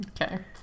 Okay